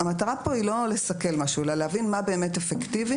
המטרה פה היא לא לסכל משהו אלא להבין מה באמת אפקטיבי